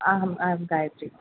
अहं आं गायत्री